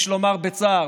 יש לומר בצער,